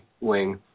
wing